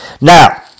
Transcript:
Now